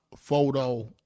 photo